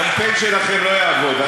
בשקרים שלו.